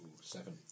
seven